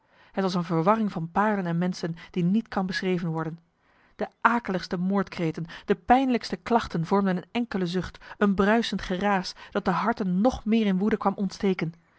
het was een verwarring van paarden en mensen die niet kan beschreven worden de akeligste moordkreten de pijnlijkste klachten vormden een enkele zucht een bruisend geraas dat de harten nog meer in woede kwam ontsteken